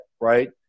right